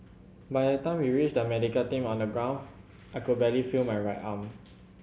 by the time we reached the medical team on the ground I could barely feel my right arm